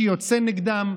מי שיוצא נגדם,